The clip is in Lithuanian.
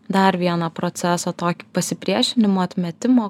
dar vieną procesą tokį pasipriešinimo atmetimo